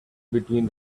between